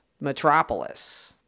Metropolis